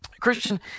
Christian